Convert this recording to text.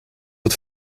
het